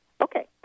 Okay